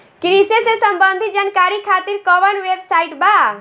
कृषि से संबंधित जानकारी खातिर कवन वेबसाइट बा?